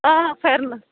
آ پھٮ۪رنس